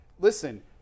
listen